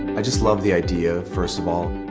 i just love the idea, first of all,